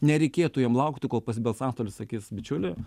nereikėtų jam laukti kol pasibels antstolis sakys bičiuli